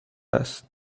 است